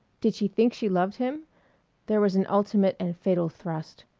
did she think she loved him there was an ultimate and fatal thrust.